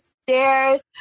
stairs